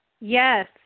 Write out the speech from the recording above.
Yes